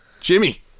Jimmy